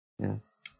Yes